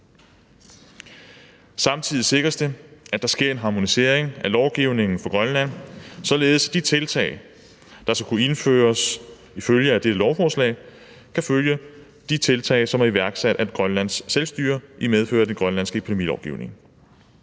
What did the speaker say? Samtidig sikres det, at der sker en harmonisering af lovgivningen for Grønland, således at de tiltag, der skal kunne indføres i følge af dette lovforslag, kan følge de tiltag, som er iværksat af Grønlands Selvstyre i medfør af den grønlandske epidemilovgivning.